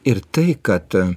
ir tai kad